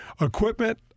equipment